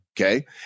Okay